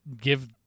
give